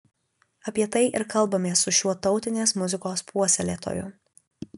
apie tai ir kalbamės su šiuo tautinės muzikos puoselėtoju